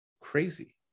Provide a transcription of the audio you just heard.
crazy